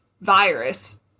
virus